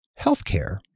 healthcare